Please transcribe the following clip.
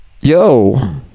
yo